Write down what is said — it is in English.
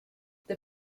this